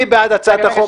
מי בעד הצעת החוק?